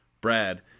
Brad